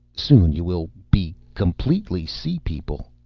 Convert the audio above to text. soon you will be completely sea-people.